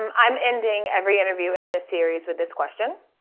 um i'm ending every interview in this series with this question,